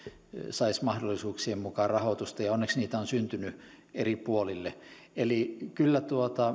saisivat mahdollisuuksien mukaan rahoitusta ja onneksi niitä on syntynyt eri puolille eli kyllä